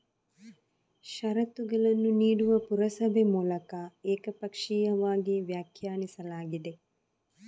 ಷರತ್ತುಗಳನ್ನು ನೀಡುವ ಪುರಸಭೆ ಮೂಲಕ ಏಕಪಕ್ಷೀಯವಾಗಿ ವ್ಯಾಖ್ಯಾನಿಸಲಾಗಿದೆ